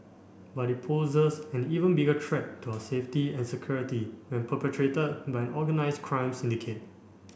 but it poses an even bigger threat to our safety and security when perpetrated by an organised crime syndicate